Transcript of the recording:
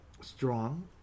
strong